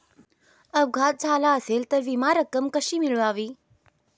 अपघात झाला असेल तर विमा रक्कम कशी मिळवावी?